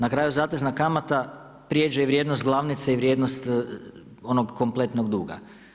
Na kraju zatezna kamata prijeđe i vrijednost glavnice i vrijednost onog kompletnog duga.